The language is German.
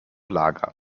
lager